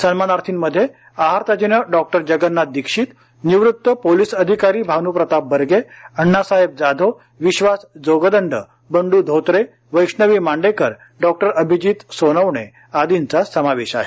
सन्मानार्थींमध्ये आहार तज्ज्ञ डॉक्टर जगन्नाथ दीक्षित निवृत्त पोलीस अधिकारी भानुप्रताप बर्गे अण्णासाहेब जाधव विश्वास जोगदंड बंडू धोतरे वैष्णवी मांडेकर डॉक्टर अभिजित सोनवणे आदींचा समावेश आहे